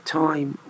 time